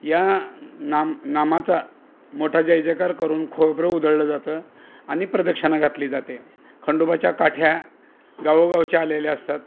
या नाम नामाचा मोठा जयजयकार करून खोबरं उधळलं जातं आणि प्रदक्षिणा घातली जाते खंडोबाच्या काठ्या गावोगावच्या आलेल्या असतात